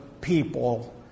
people